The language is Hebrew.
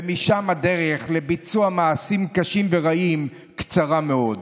ומשם הדרך לביצוע מעשים קשים ורעים קצרה מאוד.